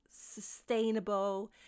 sustainable